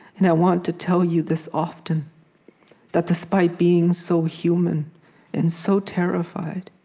and i want to tell you this often that despite being so human and so terrified,